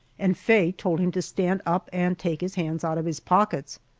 and faye told him to stand up and take his hands out of his pockets.